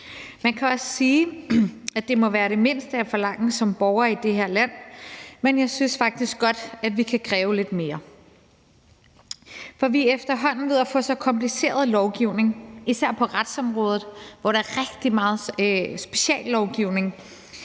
Man kan også sige, at det må være det mindste at forlange som borger i det her land, men jeg synes faktisk godt, at vi kan kræve lidt mere. For vi er efterhånden ved at få så kompliceret lovgivning, især på retsområdet, hvor der er rigtig meget speciallovgivning,